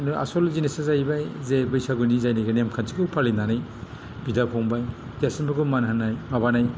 आसल जिनिसा जाहैबाय जे बैसागुनि जायनाकि नेम खान्थिखौ फालिनानै बिदा फंबाय देरसिनफोरखौ मान होनाय माबानाय